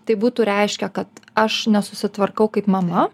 tai būtų reiškę kad aš nesusitvarkau kaip mama